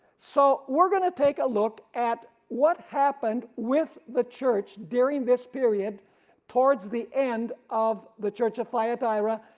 so we are going to take a look at what happened with the church during this period towards the end of the church of thyatira,